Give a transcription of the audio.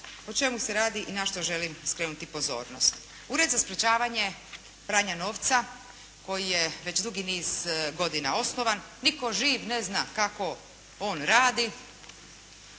o čemu se radi i na što želim skrenuti pozornost. Ured za sprječavanje pranja novca koji je već dugi niz godina osnovan, nitko živ ne zna kako on radi,